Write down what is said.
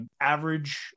average